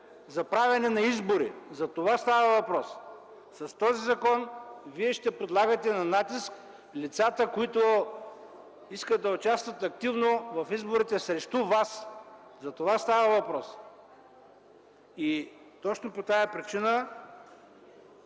за правене на избори – за това става въпрос. С този закон Вие ще подлагате на натиск лицата, които искат да участват активно в изборите срещу Вас. За това става въпрос! Точно по тази причина